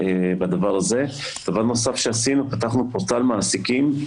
דבר נוסף שעשינו, פתחנו פורטל מעסיקים.